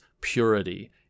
purity